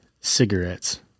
cigarettes